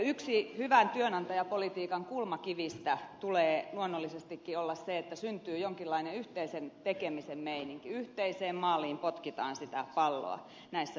yksi hyvän työnantajapolitiikan kulmakivistä tulee luonnollisesti olla se että syntyy jonkinlainen yhteisen tekemisen meininki yhteiseen maaliin potkitaan sitä palloa näissä yhtiöissä